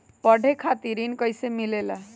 पढे खातीर ऋण कईसे मिले ला?